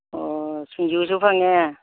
ꯑꯣ ꯁꯤꯡꯖꯨꯁꯨ ꯐꯪꯉꯦ